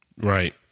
right